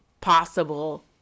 possible